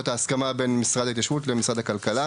ההסכמה בין משרד ההתיישבות למשרד הכלכלה.